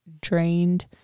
drained